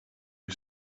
you